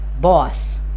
boss